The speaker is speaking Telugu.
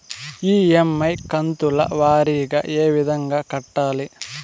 ఇ.ఎమ్.ఐ కంతుల వారీగా ఏ విధంగా కట్టాలి